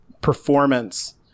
performance